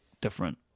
different